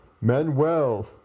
Manuel